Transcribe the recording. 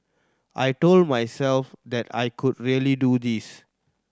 I told myself that I could really do this